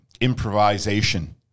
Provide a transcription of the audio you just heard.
improvisation